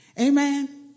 Amen